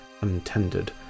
untended